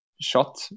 shot